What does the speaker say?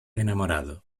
enamorado